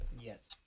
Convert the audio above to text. Yes